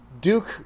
Duke